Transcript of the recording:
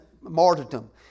martyrdom